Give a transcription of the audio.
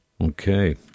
Okay